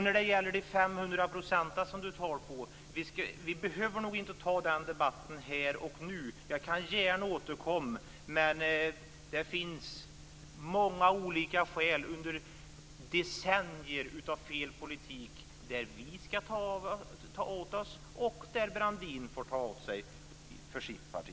När det gäller räntan på 500 %, som Brandin talade om, behöver vi nog inte ta den debatten här och nu. Jag kan gärna återkomma till den. Det finns skäl att säga att det har begåtts fel i politiken under decennier, där vi skall ta åt oss och där Brandin får ta åt sig för sitt parti.